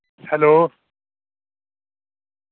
hello